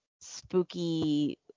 spooky